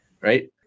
Right